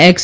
x